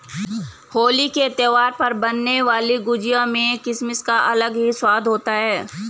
होली के त्यौहार पर बनने वाली गुजिया में किसमिस का अलग ही स्वाद होता है